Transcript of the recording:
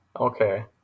Okay